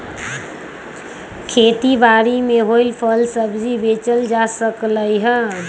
खेती बारी से होएल फल सब्जी बेचल जा सकलई ह